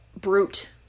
brute